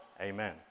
Amen